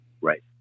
Right